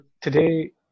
today